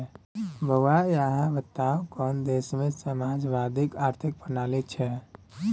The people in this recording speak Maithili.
बौआ अहाँ बताउ कोन देशमे समाजवादी आर्थिक प्रणाली छै?